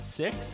six